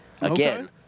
Again